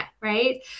right